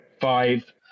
five